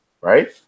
right